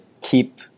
keep